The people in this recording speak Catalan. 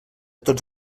tots